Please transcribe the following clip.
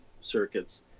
circuits